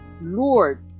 Lord